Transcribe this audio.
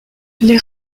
les